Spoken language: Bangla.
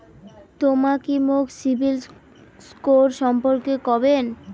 তমা কি মোক সিবিল স্কোর সম্পর্কে কবেন?